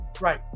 Right